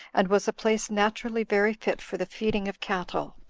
and was a place naturally very fit for the feeding of cattle,